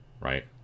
right